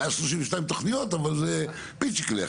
132 תוכניות אבל זה פיצ'יקלך.